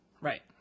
right